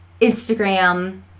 instagram